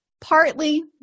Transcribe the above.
Partly